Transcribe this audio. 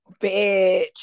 bitch